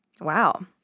wow